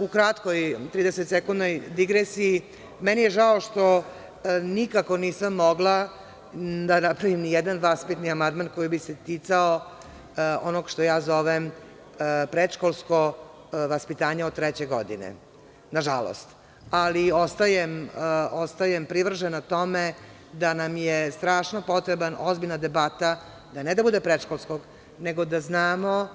U kratkoj tridesetsekundnoj digresiji, meni je žao što nikako nisam mogla da napravim nijedan vaspitni amandman koji bi se ticao onoga što zovem predškolsko vaspitanje od treće godine, nažalost, ali ostajem privržena tome da nam je strašno potrebna ozbiljna debata da ne da bude predškolskog, nego da znamo